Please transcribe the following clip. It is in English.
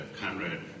Conrad